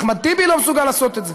אחמד טיבי לא מסוגל לעשות את זה,